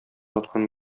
аткан